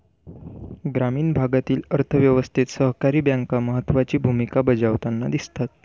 ग्रामीण भागातील अर्थ व्यवस्थेत सहकारी बँका महत्त्वाची भूमिका बजावताना दिसतात